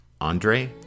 Andre